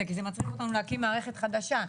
כי זה מצריך אותנו להקים מערכת חדשה,